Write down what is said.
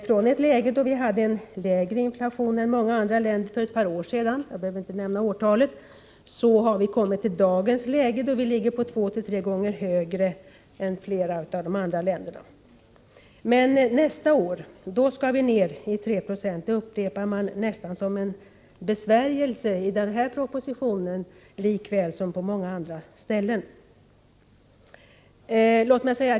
Från ett läge för ett par år sedan — jag behöver inte nämna årtalet — när Sverige hade en lägre inflation än många andra länder har vi kommit till dagens läge, då Sverige ligger två tre gånger högre än flera av de andra länderna. Nästa år skall vi emellertid ned till 3 96. Det upprepas, nästan som en besvärjelse, i denna proposition lika väl som på många andra ställen.